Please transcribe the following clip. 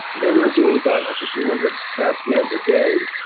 they were doing about up to two hundred cat scans a day